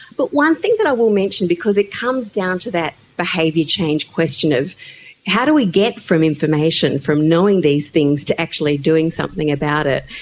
but one thing that i will mention because it comes down to that behaviour change question of how do we get from information, from knowing these things to actually doing something about it.